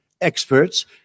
experts